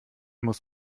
muss